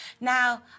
Now